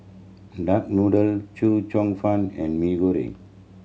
duck noodle Chee Cheong Fun and Mee Goreng